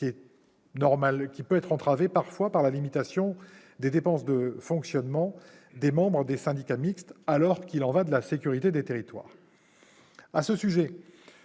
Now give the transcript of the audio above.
parfois être entravé par la limitation des dépenses de fonctionnement des membres des syndicats mixtes, alors qu'il y va de la sécurité des territoires.